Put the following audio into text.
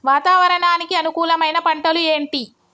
వాతావరణానికి అనుకూలమైన పంటలు ఏంటి?